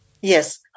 Yes